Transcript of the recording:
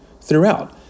throughout